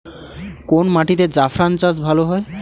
কোন মাটিতে জাফরান চাষ ভালো হয়?